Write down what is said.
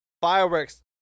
Fireworks